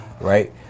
right